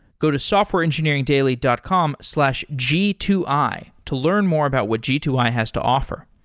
go to softwareengineeringdaily dot com slash g two i to learn more about what g two i has to offer.